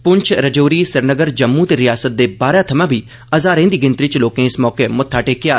पुंछ रजौरी श्रीनगर जम्मू ते रिआसत दे बाहरै थमां बी हजारे दी गिनतरी च लोके इस मौके उत्थे मत्था टेकेआ